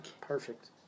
Perfect